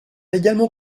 également